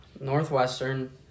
Northwestern